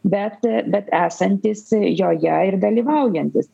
bet bet esantys joje ir dalyvaujantys